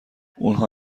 اونها